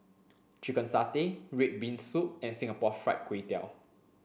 chicken satay red bean soup and singapore fried kway tiao